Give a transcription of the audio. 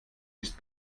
ist